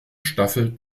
staffel